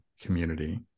community